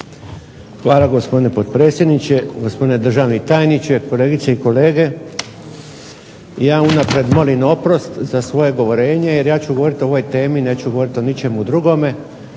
Hvala gospodine potpredsjedniče, gospodine državni tajniče, kolegice i kolege. Ja unaprijed molim oprost za svoje govorenje, jer ja ću govoriti o ovoj temi, neću govoriti o ničemu drugome,